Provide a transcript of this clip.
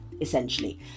essentially